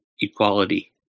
equality